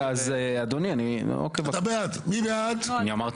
מי בעד?